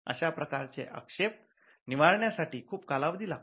अशा प्रकारचे आक्षेप निवारण्या साठी खूप कालावधी लागतो